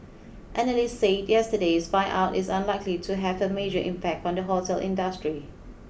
analysts said yesterday's buyout is unlikely to have a major impact on the hotel industry